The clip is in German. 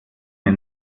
mir